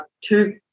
two